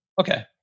Okay